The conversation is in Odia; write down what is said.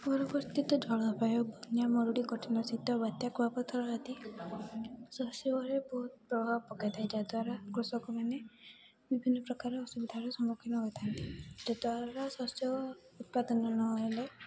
ପରବର୍ତ୍ତୀତ ଜଳବାୟୁ ବନ୍ୟା ମରୁଡ଼ି କଠିନ ଶୀତ ବାତ୍ୟା କୁଆପଥର ଆଦି ଶସ୍ୟରେ ବହୁତ ପ୍ରଭାବ ପକାଇଥାଏ ଯାହାଦ୍ୱାରା କୃଷକମାନେ ବିଭିନ୍ନ ପ୍ରକାର ଅସୁବିଧାର ସମ୍ମୁଖୀନ ହୋଇଥାନ୍ତି ଯଦ୍ଵାରା ଶସ୍ୟ ଉତ୍ପାଦନ ନ ହେଲେ